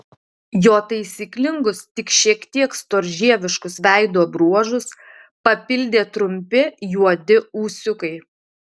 jo taisyklingus tik šiek tiek storžieviškus veido bruožus papildė trumpi juodi ūsiukai